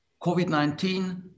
COVID-19